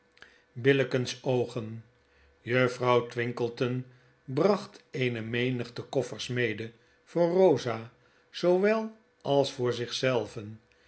oog juffrouw twinkleton bracht eene menigte koffers mede voor rosa zoowel als voor zich